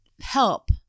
help